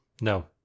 No